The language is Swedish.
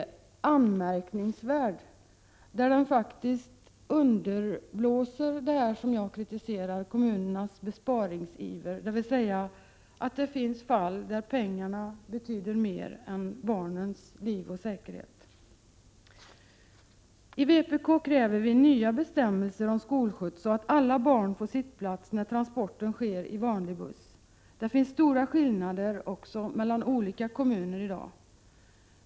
1987/88:45 underblåses det som jag kritiserar, nämligen kommunernas besparingsiver. — 15 december 1987 Det finns alltså fall där pengarna betyder mer än barnens liv och säkerhets = Qaro oo mm por Vpk kräver nya bestämmelser om skolskjuts, så att alla barn får sittplats när transporten sker i vanlig buss. Det finns också stora skillnader mellan olika kommuner i dag.